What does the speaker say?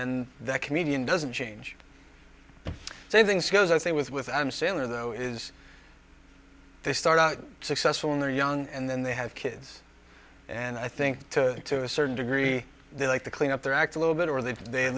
then that comedian doesn't change same things goes i say with with adam sandler though is they start out successful and they're young and then they have kids and i think to a certain degree they like to clean up their act a little bit or they they at